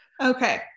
Okay